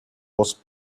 was